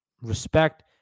Respect